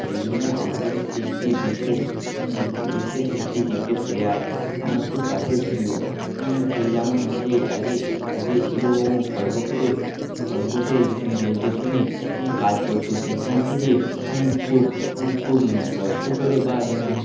সেই জন্য আমার কাছে সে একটি বিশেষ বিশেষ একটি ক্রিকেট প্লেয়ার আমার খুব কাছের প্রিয় সে যেমন হচ্ছে আগে আগে ছিল খড়গপুরের রেলস্টেশনে এ কাজ করতো সেখান থেকে এ খুব খুব কষ্ট করে বা এম